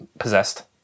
possessed